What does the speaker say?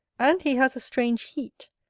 and he has a strange heat,